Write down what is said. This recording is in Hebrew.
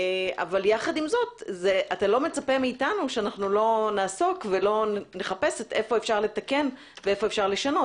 אבל אתה לא מצפה מאתנו שלא נעסוק ולא נחפש איפה אפשר לתקן ולשנות.